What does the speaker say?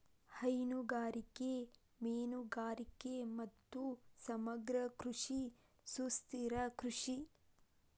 ಹೈನುಗಾರಿಕೆ, ಮೇನುಗಾರಿಗೆ ಮತ್ತು ಸಮಗ್ರ ಕೃಷಿ ಸುಸ್ಥಿರ ಕೃಷಿ